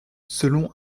selon